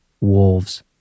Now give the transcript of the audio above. Wolves